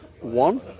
one